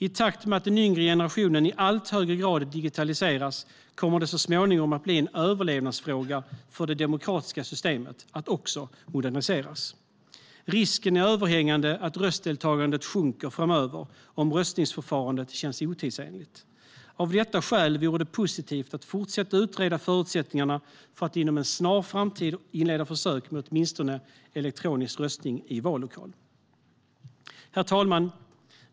I takt med att den yngre generationen i allt högre grad digitaliseras kommer det så småningom att bli en överlevnadsfråga för det demokratiska systemet att moderniseras. Risken är överhängande att röstdeltagandet sjunker framöver om röstningsförfarandet känns otidsenligt. Av detta skäl vore det positivt att fortsätta utreda förutsättningarna för att inom en snar framtid inleda försök med åtminstone elektronisk röstning i vallokal. Herr talman!